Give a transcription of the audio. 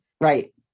Right